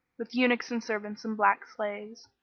with eunuchs and servants and black slaves.